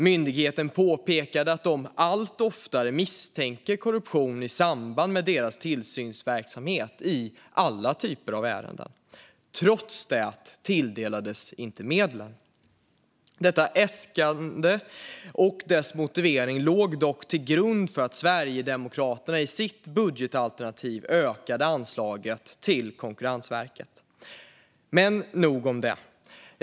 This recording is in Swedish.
Myndigheten påpekade att den allt oftare misstänker korruption i samband med sin tillsynsverksamhet i alla typer av ärenden. Trots detta tilldelades inte medlen. Detta äskande och dess motivering låg dock till grund för att Sverigedemokraterna i sitt budgetalternativ ökade anslaget till Konkurrensverket. Men nog om detta.